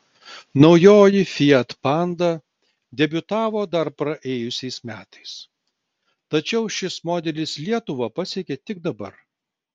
naujoji fiat panda debiutavo dar praėjusiais metais tačiau šis modelis lietuvą pasiekė tik dabar